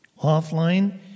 Offline